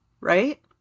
right